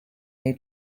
new